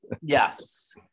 Yes